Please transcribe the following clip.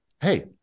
hey